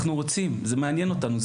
אנחנו רוצים, זה מעניין אותנו.